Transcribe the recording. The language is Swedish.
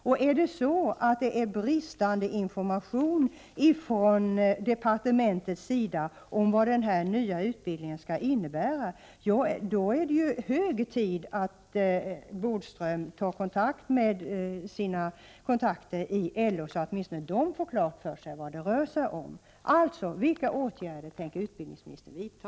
Om det är så att det föreligger bristande information från departementets sida om vad den nya utbildningen skall innebära, är det hög tid att Lennart Bodström sätter sig i förbindelse med sina kontakter inom LO, så att åtminstone de får klart för sig vad det rör sig om. Vilka åtgärder tänker utbildningsministern vidta?